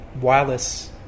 wireless